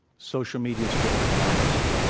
social media is good for democracy,